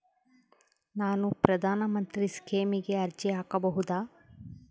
ನಾನು ಪ್ರಧಾನ ಮಂತ್ರಿ ಸ್ಕೇಮಿಗೆ ಅರ್ಜಿ ಹಾಕಬಹುದಾ?